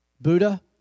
Buddha